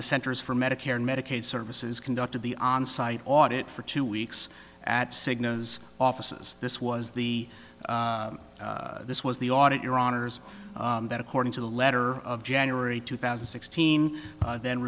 the centers for medicare and medicaid services conducted the onsite audit for two weeks at cigna as offices this was the this was the audit your honour's that according to the letter of january two thousand and sixteen then